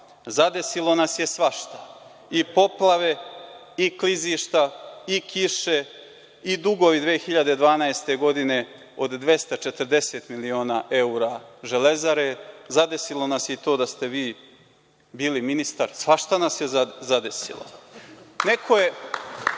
zadesilo nas je svašta, i poplave i klizišta i kiše i dugovi 2012. godine od 240 miliona evra „Železare“. Zadesilo nas je i to da ste vi bili ministar. Svašta nas je zadesilo. Neko je